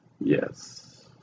Yes